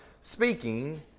speaking